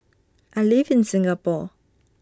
I live in Singapore